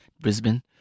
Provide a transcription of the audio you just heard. Brisbane